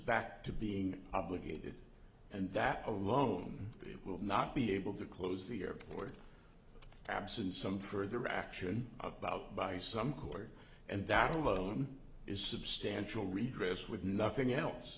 back to being obligated and that alone will not be able to close the airport absent some further action about by some court and that alone is substantial redress with nothing else